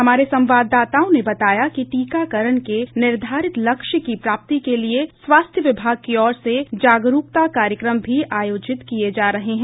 हमारे संवाददाताओं ने बताया कि टीकाकरण के निर्धारित लक्ष्य की प्राप्ति के लिए स्वास्थ्य विभाग की ओर से जागरूकता कार्यक्रम भी आयोजित किये जा रहे हैं